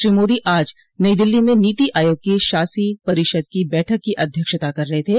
श्री मोदी आज नई दिल्ली में नीति आयोग की शासी परिषद की बैठक की अध्यक्षता कर रहे थे